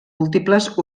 múltiples